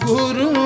Guru